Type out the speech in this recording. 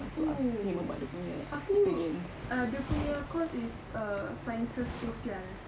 oo aku uh dia punya course is uh sciences sosial